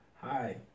Hi